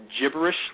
gibberish